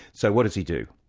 so what does he do?